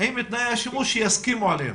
עם תנאי השימוש עליהם יסכימו?